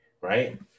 right